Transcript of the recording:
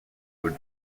were